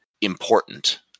important